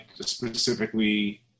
specifically